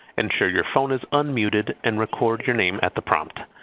ensure your phone is unmuted and record your name at the prompt.